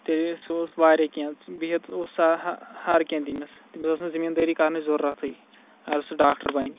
تیٚلہِ سُہ اوس وارِیاہ کِیٚنٛہہ بِیٚہتھ اوس سا ہا ہَر کیٚنٛہہ تٔمِس تٔمس ٲسۍ نہٕ زٔمین دٲری کَرنٕچ ضرورتھٕے اَگَر سُہ ڈاکٹَر بَنہِ